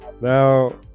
Now